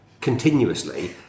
continuously